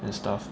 and stuff